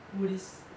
buddhist